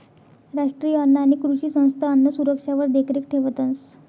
राष्ट्रीय अन्न आणि कृषी संस्था अन्नसुरक्षावर देखरेख ठेवतंस